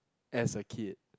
as a kid